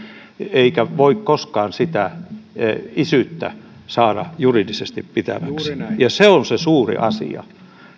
eikä voi koskaan sitä isyyttä saada juridisesti pitäväksi ja se on se suuri asia